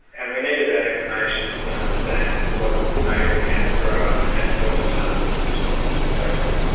and we needed that information to understand what made the cancer grow and and and what determined the response to the therapy.